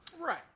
Right